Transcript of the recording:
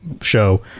show